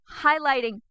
highlighting